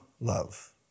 love